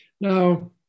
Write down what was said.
Now